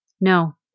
No